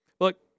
Look